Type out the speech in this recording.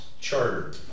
charter